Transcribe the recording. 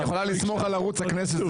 את יכולה לסמוך על ערוץ הכנסת,